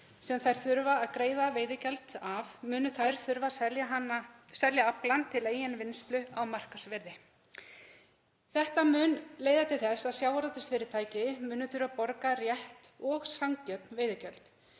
sem þær þurfa að greiða veiðigjald af, munu þær þurfa að selja aflann til eigin vinnslu á markaðsverði. Þetta mun leiða til þess að sjávarútvegsfyrirtæki munu þurfa að borga rétt og sanngjörn veiðigjöld.